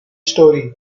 story